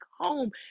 home